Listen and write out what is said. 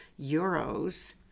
euros